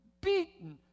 beaten